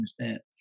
understand